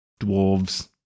dwarves